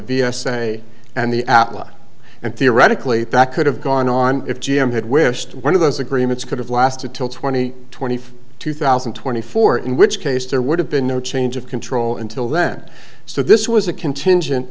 vs and the atla and theoretically that could have gone on if g m had wished one of those agreements could have lasted till twenty twenty two thousand and twenty four in which case there would have been no change of control until then so this was a contingent